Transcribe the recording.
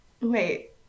wait